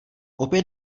opět